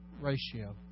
ratio